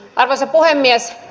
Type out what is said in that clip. arvoisa puhemies